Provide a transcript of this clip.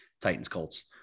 Titans-Colts